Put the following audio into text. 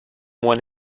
when